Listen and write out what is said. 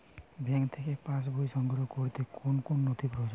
Bank থেকে pass বই সংগ্রহ করতে কোন কোন নথি প্রয়োজন?